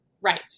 Right